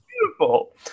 beautiful